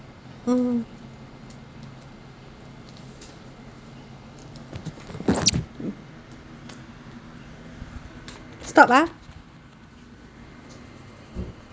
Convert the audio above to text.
mmhmm stop ah